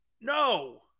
No